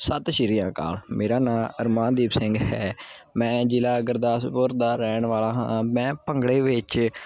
ਸਤਿ ਸ਼੍ਰੀ ਅਕਾਲ ਮੇਰਾ ਨਾਮ ਅਰਮਾਨਦੀਪ ਸਿੰਘ ਹੈ ਮੈਂ ਜ਼ਿਲ੍ਹਾ ਗੁਰਦਾਸਪੁਰ ਦਾ ਰਹਿਣ ਵਾਲਾ ਹਾਂ ਮੈਂ ਭੰਗੜੇ ਵਿੱਚ